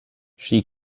she